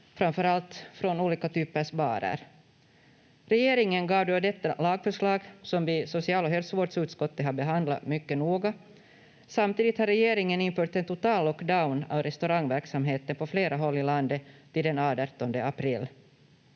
framförallt från olika typer av barer. Regeringen gav då detta lagförslag som vi i social- och hälsovårdsutskottet har behandlat mycket noga. Samtidigt har regeringen infört en total lockdown av restaurangverksamheten på flera håll i landet till den 18 april.